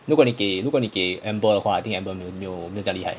如果你给如果你给 amber 的话 I think amber 没有没有这样厉害